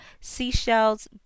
seashells